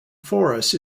forest